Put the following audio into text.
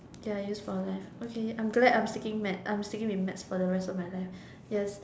ya use for life okay I'm glad I'm sticking maths I'm sticking with maths for the rest of my life yes